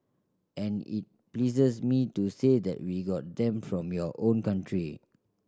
and it pleases me to say that we got them from your own country